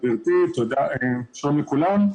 שלום לכולם.